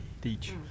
Teach